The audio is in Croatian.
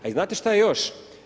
A znate šta je još?